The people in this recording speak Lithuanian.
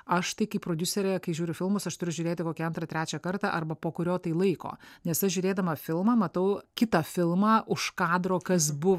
aš tai kaip prodiuserė kai žiūriu filmus aš turiu žiūrėti kokį antrą trečią kartą arba po kurio tai laiko nes aš žiūrėdama filmą matau kitą filmą už kadro kas buvo